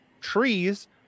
Trees